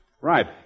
Right